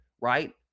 right